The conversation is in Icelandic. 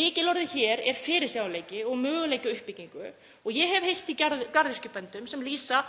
Lykilorðin hér eru fyrirsjáanleiki og möguleiki á uppbyggingu. Ég hef heyrt í garðyrkjubændum sem lýsa